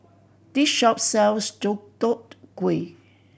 this shop sells Deodeok Gui